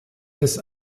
des